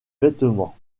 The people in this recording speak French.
vêtement